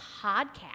podcast